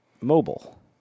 mobile